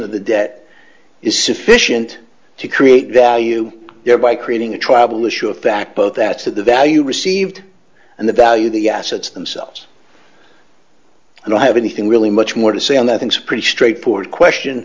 of the debt is sufficient to create value thereby creating a tribal issue a fact both that of the value received and the value of the assets themselves and i have anything really much more to say on that it's pretty straightforward question